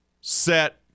set